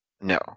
No